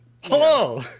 Hello